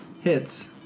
Hits